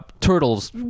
turtles